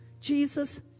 Jesus